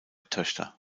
töchter